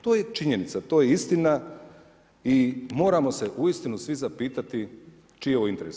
To je činjenica, to je istina i moramo se uistinu svi zapitati čiji je ovo interes.